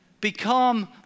become